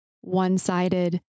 one-sided